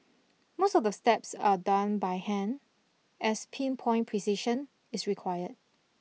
most of the steps are done by hand as pin point precision is required